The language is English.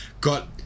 got